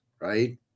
right